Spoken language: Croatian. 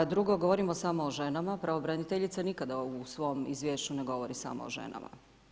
Drugo, govorimo samo o ženama, pravobraniteljica nikada u svom izvješću ne govori samo o ženama.